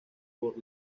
por